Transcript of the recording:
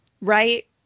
right